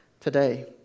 today